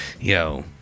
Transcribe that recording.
Yo